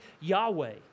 Yahweh